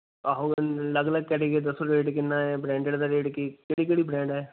ਆਹੋ ਅਲੱਗ ਅਲੱਗ ਕੈਟਾਗਰੀ ਦੱਸੋ ਰੇਟ ਕਿੰਨਾ ਹੈ ਬ੍ਰਾਂਡੇਡ ਦਾ ਰੇਟ ਕੀ ਕਿਹੜੀ ਕਿਹੜੀ ਬ੍ਰੈਂਡ ਹੈ